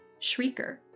Shrieker